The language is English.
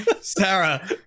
Sarah